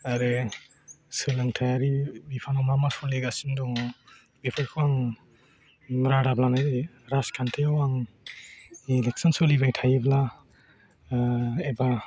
आरो सोलोंथायारि बिफानाव मा मा सोलिगासनो दङ बेफरखौ आं रादाब लानाय जायो राजखान्थियाव आं इलेकसन सोलिबाय थायोब्ला एबार